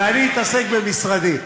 ואני אתעסק במשרדי.